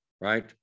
Right